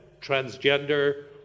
Transgender